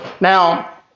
Now